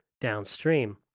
downstream